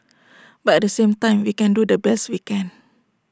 but at the same time we can do the best we can